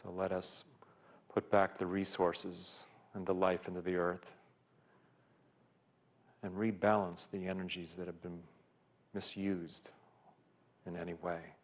so let us put back the resources and the life in the be earth and rebalance the energies that have been misused in any way